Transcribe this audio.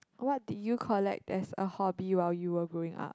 what did you collect as a hobby while you were growing up